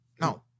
No